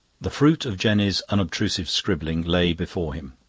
the fruit of jenny's unobtrusive scribbling lay before him.